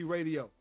Radio